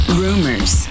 rumors